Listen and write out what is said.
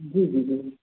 जी जी जी